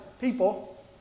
people